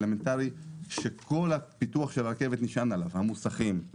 אלמנטרי וכל הפיתוח של הרכבת נשען עליו המוסכים,